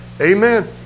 Amen